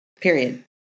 Period